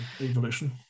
evolution